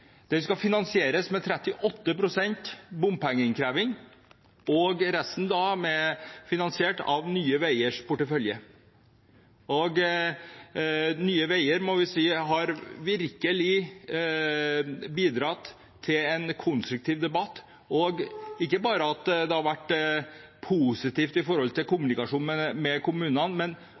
den i elitedivisjonen, og i Trøndelag ser man veldig fram til at dette blir et godt prosjekt. Strekningen skal finansieres med 38 pst. bompengeinnkreving og resten finansiert av Nye Veiers portefølje. Nye Veier har virkelig bidratt til en konstruktiv debatt. Ikke bare har det vært positivt med hensyn til kommunikasjonen med kommunene, men